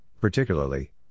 particularly